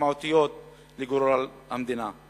משמעותיות לגורל המדינה.